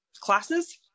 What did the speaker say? classes